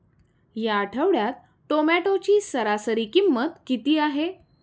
या आठवड्यात टोमॅटोची सरासरी किंमत किती आहे?